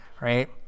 right